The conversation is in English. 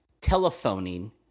telephoning